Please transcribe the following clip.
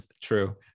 True